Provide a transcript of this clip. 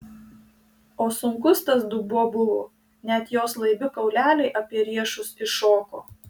o sunkus tas dubuo buvo net jos laibi kauleliai apie riešus iššoko